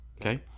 okay